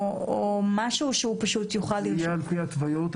היא תהיה על פי ההתוויות.